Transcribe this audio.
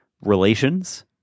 relations